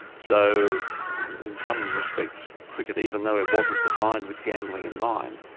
so in in some respects, cricket, even though it wasn't designed with gambling in mind,